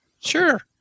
Sure